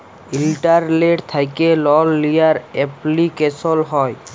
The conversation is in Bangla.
ইলটারলেট্ থ্যাকে লল লিয়ার এপলিকেশল হ্যয়